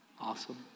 Awesome